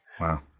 Wow